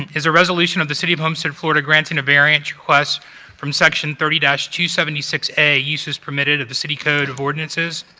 and is a resolution of the city of homestead florida granting a variance request from section thirty two seventy six a, uses permitted of the city code ordinances